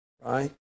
right